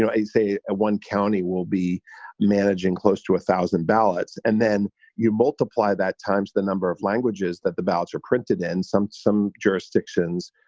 know, i'd say one county will be managing close to a thousand ballots. and then you multiply that times the number of languages that the ballots are printed in some some jurisdictions,